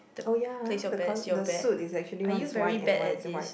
oh ya ah the coll~ the suit is actually one is white and one is wide